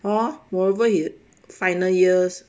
hor moreover his final years